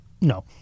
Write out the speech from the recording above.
No